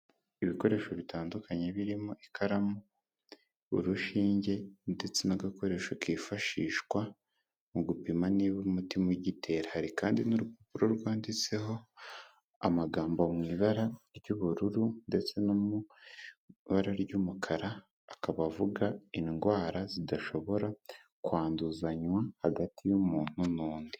Ibikoresho bitandukanye birimo ikaramu urushinge ndetse n'agakoresho kifashishwa mu gupima niba umutima ugitera, hari kandi n'urupapuro rwanditseho amagambo mu ibara ry'ubururu ndetse no mu ibara ry'umukara, akaba avuga indwara zidashobora kwanduzanywa hagati y'umuntu n'undi.